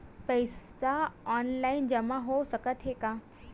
पईसा ऑनलाइन जमा हो साकत हे का?